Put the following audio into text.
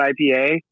IPA